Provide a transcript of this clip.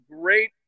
great